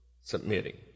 submitting